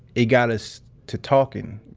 it got us to talking,